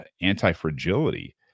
anti-fragility